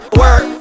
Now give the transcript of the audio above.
work